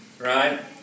right